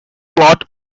plot